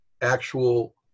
actual